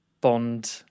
Bond